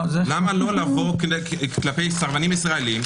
למה לא לבוא כלפי סרבנים ישראלים,